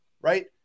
right